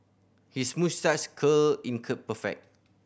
his moustache curl in curl perfect